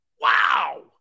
Wow